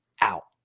out